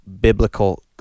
biblical